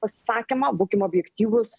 pasisakymą būkim objektyvūs